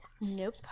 nope